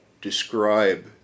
describe